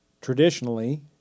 traditionally